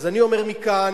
אז אני אומר מכאן,